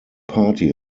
party